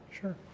Sure